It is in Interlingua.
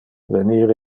venir